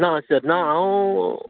ना सर ना हांव